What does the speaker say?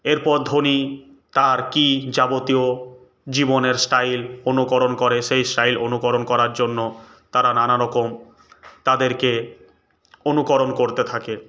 এরপর ধোনি তার কী যাবতীয় জীবনের স্টাইল অনুকরণ করে সেই স্টাইল অনুকরণ করার জন্য তারা নানা রকম তাঁদেরকে অনুকরণ করতে থাকে